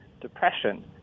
depression